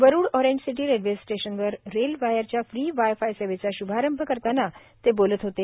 Warud orange city railway स्टेशनवर रेल वायरच्या फ्री वायफाय सेवेचा शभारंभ करताना ते बोलत होते